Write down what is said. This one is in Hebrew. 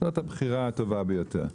זאת הבחירה הטובה ביותר.